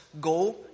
go